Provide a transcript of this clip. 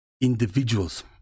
individuals